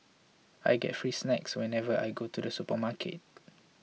I get free snacks whenever I go to the supermarket